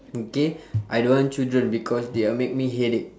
okay I don't want children because they are make me headache